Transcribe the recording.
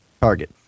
target